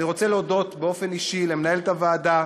אני רוצה להודות באופן אישי למנהלת הוועדה